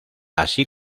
así